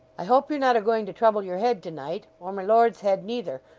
i hope you're not a-going to trouble your head to-night, or my lord's head neither,